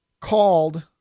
called